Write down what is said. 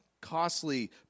costly